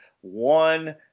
One